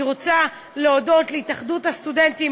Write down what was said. אני רוצה להודות להתאחדות הסטודנטים,